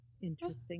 Interesting